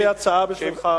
יש לי הצעה בשבילך.